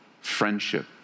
friendship